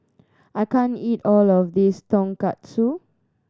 I can't eat all of this Tonkatsu